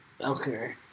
Okay